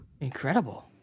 Incredible